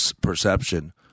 perception